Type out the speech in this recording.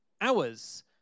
hours